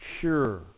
sure